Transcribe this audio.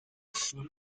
soon